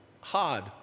hard